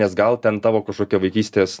nes gal ten tavo kažkokia vaikystės